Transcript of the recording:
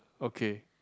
okay